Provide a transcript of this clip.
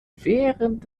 während